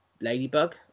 ladybug